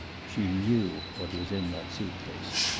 she knew what was in that suitcase.